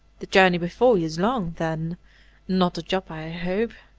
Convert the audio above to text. the journey before you is long, then not to joppa, i hope.